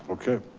okay.